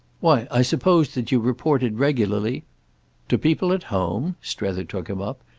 why i supposed you reported regularly to people at home? strether took him up.